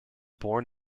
born